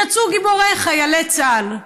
ויצאו גיבורים חיילי צה"ל.